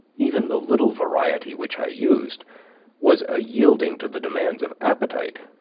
even the little variety which i used was a yielding to the demands of appetite,